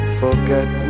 forget